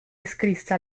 iscrisse